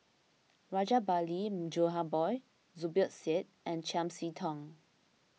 Rajabali Jumabhoy Zubir Said and Chiam See Tong